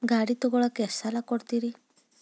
ಗಾಡಿ ತಗೋಳಾಕ್ ಎಷ್ಟ ಸಾಲ ಕೊಡ್ತೇರಿ?